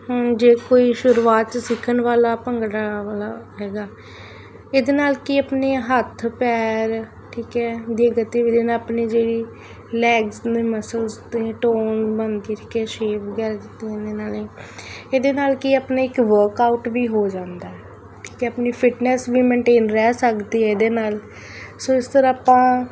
ਹੁਣ ਜੇ ਕੋਈ ਸ਼ੁਰੂਆਤ 'ਚ ਸਿੱਖਣ ਵਾਲਾ ਭੰਗੜਾ ਵਾਲਾ ਹੈਗਾ ਇਹਦੇ ਨਾਲ ਕੀ ਆਪਣੇ ਹੱਥ ਪੈਰ ਠੀਕ ਹੈ ਦੀਆਂ ਗਤੀਵਿਧੀਆਂ ਨੇ ਆਪਣੀ ਜਿਹੜੀ ਲੈਗਸ ਦੇ ਮਸਲਜ਼ 'ਤੇ ਟੋਨ ਬਣਦੀ ਠੀਕ ਹੈ ਸ਼ੇਪ ਵਗੈਰਾ ਦਿੱਤੀ ਜਾਂਦੀ ਨਾਲੇ ਇਹਦੇ ਨਾਲ ਕੀ ਹੈ ਆਪਣੇ ਇੱਕ ਵਰਕਆਊਟ ਵੀ ਹੋ ਜਾਂਦਾ ਠੀਕ ਹੈ ਆਪਣੀ ਫਿਟਨੈਸ ਵੀ ਮੈਨਟੇਨ ਰਹਿ ਸਕਦੀ ਇਹਦੇ ਨਾਲ ਸੋ ਇਸ ਤਰ੍ਹਾਂ ਆਪਾਂ